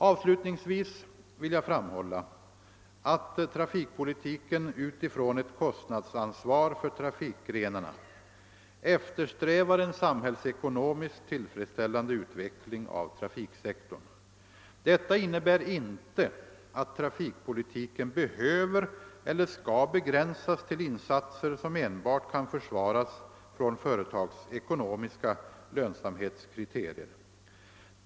Avslutningsvis vill jag framhålla, att trafikpolitiken utifrån ett kostnadsansvar för trafikgrenarna eftersträvar en samhällsekonomiskt = tillfredsställande utveckling av trafiksektorn. Detta innebär inte, att trafikpolitiken behöver eller skall begränsas till insatser som enbart kan försvaras från företagsekonomiska lönsamhetskriterier.